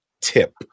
tip